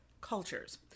cultures